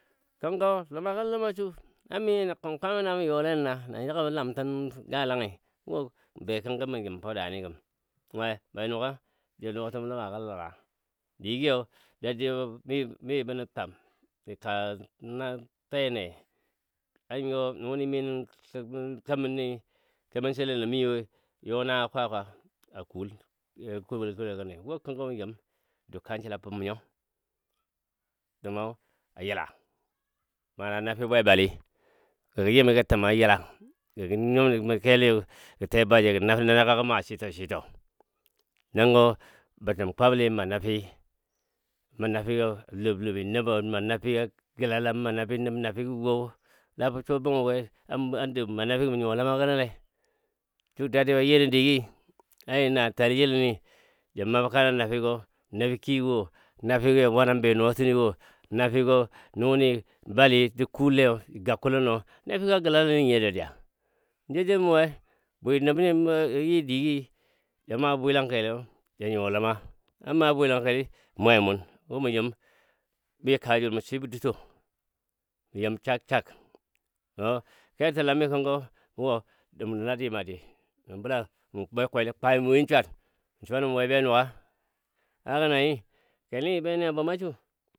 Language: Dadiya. Kankɔ ləmaga ləma su na minyi kan kwamani na mə youle nən naa na mə ləgabɔ lamtən galangi wo mbe kənkɔ mə yim fɔ a danigəm, we be nuga ji nyuwatəm ləma gɔ a lara digi yo dadiyabɔ mibən nən twam dəta na te ne, a nən you nuni minən kəmən ni kemən silən no mi woi you nago kwakwa a kul you nən kubɔ sola gəle wu kənko mə yim dəg kanjəl la bum nyo təma a yila mana nafi bwebaligi gɔ gə yimi gə təma yila te baji gɔ nafi nənɔ ba gɔ maa shitɔshitɔ nəngɔ bətəm kwabli a ma nafi a ma nafi a lob lobi nəbɔ ma nafi gɔ gəlala a ma nafi nəb nafi gɔ wo la bə suwa bənyo we a an dɔ ma nafi gɔ mən nyuwa ləma gənɔ le ju diyaba ye nən digi a jəna tali yiləmi ja mabka nə nafi gɔ nafi kigɔ wo nafi gɔ ja wanan benɔɔtəni wo nuni bali gə də kulle yo ja ga kuluno nafiga gəlala nən nyiyo dadiya ja jam mɔ we? bwi nəb ni a gə a yi digi Ja mabɔ bwilan kelwoiyo ja nyuwa lɔma an ma bwilan keli mwe mun wo mə yim mə mi kaajəl mə swibo duto mə yim sag sag ketəlami kənkɔ wo mə bəla mə bwekweli kwami winswar mən suwan mə we nən be nuga a gənanyi kelni jə benəngəni a bumasu.